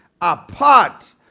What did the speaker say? apart